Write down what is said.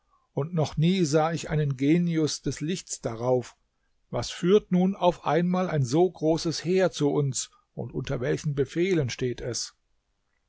und noch nie sah ich einen genius des lichts darauf was führt nun auf einmal ein so großes heer zu uns und unter welchen befehlen steht es